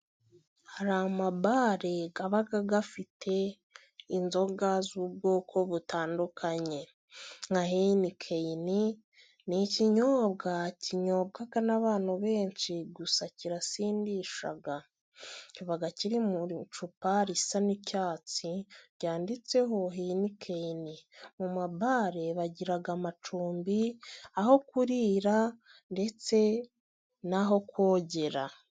Hari amabare aba afite inzoga z'ubwoko butandukanye, nka henikeni ni ikinyobwa kinyobwa n'abantu benshi, gusa kirasindisha, kiba kiri mu icupa risa n'icyatsi, ryanditseho henikeni, mu mabare bagira amacumbi, aho kurira, ndetse n'aho kogera.